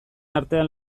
artean